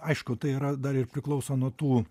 aišku tai yra dar ir priklauso nuo tų